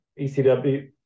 ECW